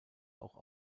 auch